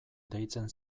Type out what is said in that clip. deitzen